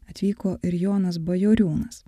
atvyko ir jonas bajoriūnas